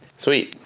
sweet.